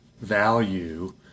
value